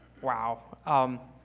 Wow